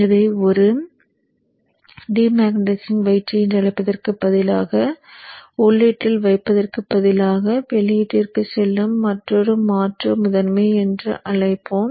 இதை ஒரு demagnetising winding என்று அழைப்பதற்குப் பதிலாக உள்ளீட்டில் வைப்பதற்குப் பதிலாக வெளியீட்டிற்குச் செல்லும் மற்றொரு மாற்று முதன்மை என்று அழைப்போம்